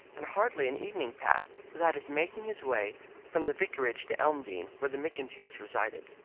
and hardly an evening passed without his making his way from the vicarage to elmdene, where the mcintyres resided.